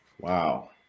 Wow